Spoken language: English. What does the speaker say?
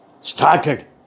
started